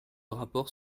rapport